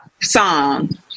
song